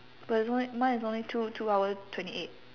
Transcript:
but it's only mine is only two two hour twenty eight